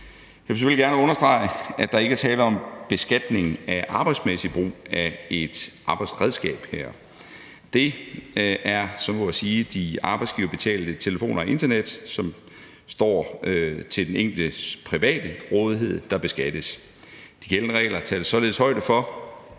Jeg vil selvfølgelig gerne understrege, at der ikke er tale om beskatning af arbejdsmæssig brug af et arbejdsredskab her. Det er så at sige arbejdsgiverbetalt telefon og internet, der står til den enkeltes private rådighed, der beskattes. De gældende regler tager således højde for,